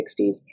1960s